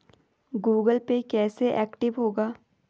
Google Pay कैसे active होगा?